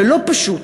ולא פשוט,